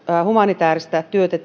humanitääristä työtä